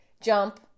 jump